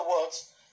words